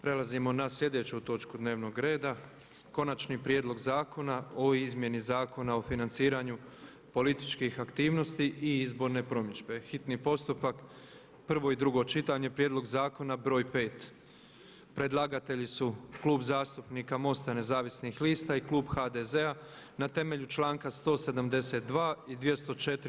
Prelazimo na sljedeću točku dnevnog reda: - Konačni prijedlog Zakona o izmjeni Zakona o financiranju političkih aktivnosti i izborne promidžbe, hitni postupak, prvo i drugo čitanje P.Z. br. 5. Predlagatelji su Klub zastupnika MOST-a Nezavisnih lista i Klub HDZ-a, na temelju članka 172. i 204.